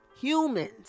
Humans